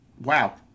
Wow